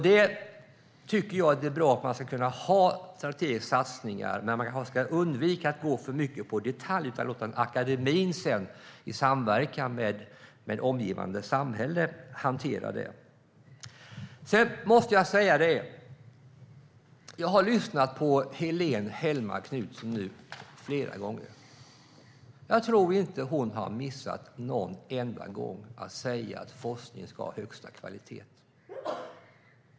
Jag tycker att det är bra med strategiska satsningar, men man ska undvika att gå in för mycket på detaljer. Det är för akademin att hantera i samverkan med omgivande samhälle. Sedan måste jag säga att jag har lyssnat på Helene Hellmark Knutsson flera gånger, och jag tror inte att hon någon enda gång har missat att säga att forskning ska ha högsta kvalitet.